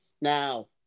now